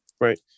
right